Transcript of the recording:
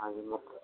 हाँ जी